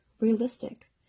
realistic